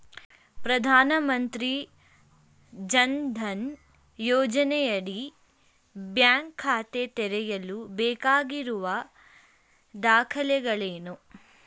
ಪ್ರಧಾನಮಂತ್ರಿ ಜನ್ ಧನ್ ಯೋಜನೆಯಡಿ ಬ್ಯಾಂಕ್ ಖಾತೆ ತೆರೆಯಲು ಬೇಕಾಗಿರುವ ದಾಖಲೆಗಳೇನು?